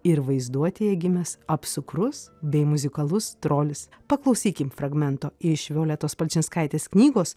ir vaizduotėje gimęs apsukrus bei muzikalus trolis paklausykim fragmento iš violetos palčinskaitės knygos